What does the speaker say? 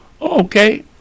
Okay